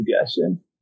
suggestion